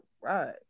right